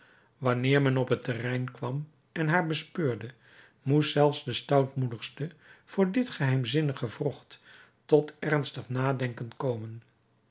wanneer men op het terrein kwam en haar bespeurde moest zelfs de stoutmoedigste voor dit geheimzinnig gewrocht tot ernstig nadenken komen